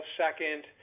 second